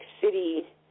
City